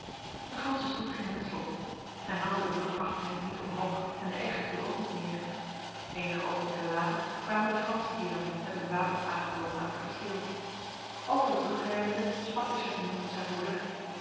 de ganse stoet ging in het slot men haalde de brug achter hen niet omhoog en de egge viel ook niet neer enige ogenblikken later kwamen de franse heren met hun wapens aangetogen uit het kasteel over de brug rijdende sprak de chatillon tot zijn broeder